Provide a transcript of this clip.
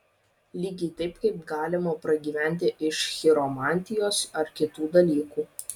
lygiai taip kaip galima pragyventi iš chiromantijos ar kitų dalykų